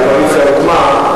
הקואליציה הוקמה,